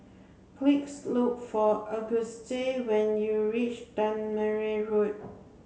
please look for Auguste when you reach Tangmere Road